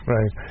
Right